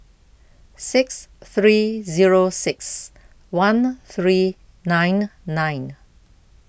six three zero six one three nine nine